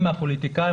אני מהפוליטיקאים,